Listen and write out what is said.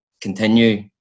continue